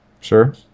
Sure